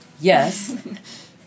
yes